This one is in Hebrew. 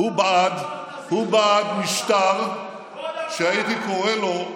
הוא בעד משטר שהייתי קורא לו,